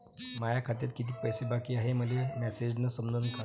माया खात्यात कितीक पैसे बाकी हाय हे मले मॅसेजन समजनं का?